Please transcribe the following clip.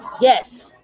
yes